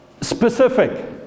specific